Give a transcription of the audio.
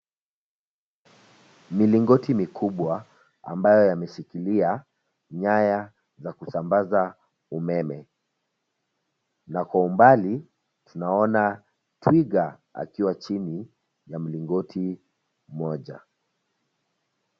Milingoti mikubwa ambayo yameshikilia nyaya za kusambaza umeme, na kwa umbali tunaona twiga akiwa chini ya mlingoti moja.